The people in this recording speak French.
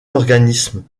organismes